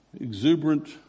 exuberant